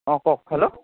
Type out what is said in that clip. অঁ কওক হেল্ল'